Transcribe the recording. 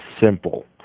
simple